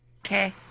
Okay